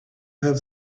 have